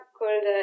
called